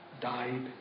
died